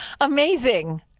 Amazing